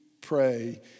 pray